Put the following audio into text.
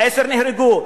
עשרה נהרגו,